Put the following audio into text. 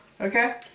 Okay